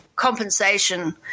compensation